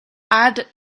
add